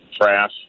trash